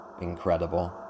incredible